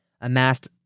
amassed